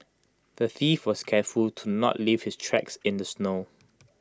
the thief was careful to not leave his tracks in the snow